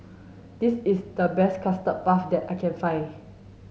this is the best custard puff that I can find